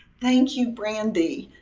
thank you, brandi.